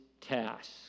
task